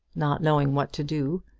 not knowing what to do,